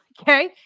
okay